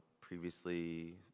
previously